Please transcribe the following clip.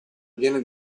viene